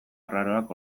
arraroak